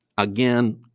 Again